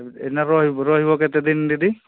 ଏଇନା ରହିବ ରହିବ କେତେ ଦିନ ଦିଦି